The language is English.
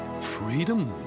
Freedom